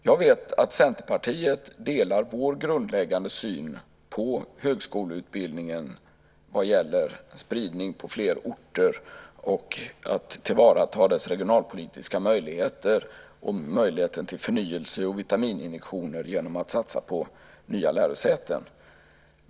Jag vet att Centerpartiet delar vår grundläggande syn på högskoleutbildningen vad gäller spridning på fler orter och att tillvarata dess regionalpolitiska möjligheter till förnyelse och vitamininjektioner genom att satsa på nya lärosäten.